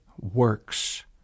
works